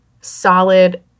solid